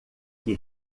que